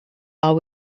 are